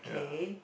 okay